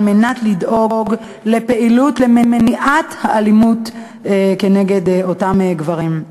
על מנת לדאוג לפעילות למניעת האלימות של אותם גברים.